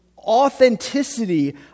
authenticity